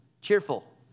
cheerful